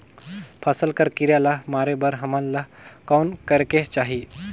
फसल कर कीरा ला मारे बर हमन ला कौन करेके चाही?